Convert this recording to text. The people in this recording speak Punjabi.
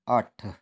ਅੱਠ